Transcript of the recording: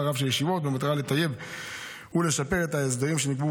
רב של ישיבות במטרה לטייב ולשפר את ההסדרים שנקבעו,